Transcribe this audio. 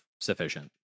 sufficient